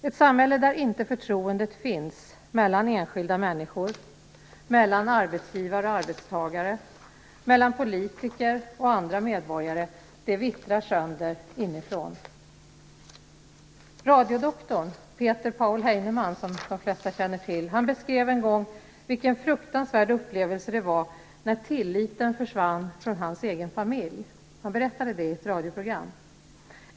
Ett samhälle där förtroendet inte finns mellan enskilda människor, mellan arbetsgivare och arbetstagare och mellan politiker och andra medborgare vittrar sönder inifrån. Radiodoktorn Peter Paul Heinemann, som de flesta känner till, beskrev en gång vilken fruktansvärd upplevelse det var när tilliten försvann från hans egen familj. Han berättade om det i ett radioprogram.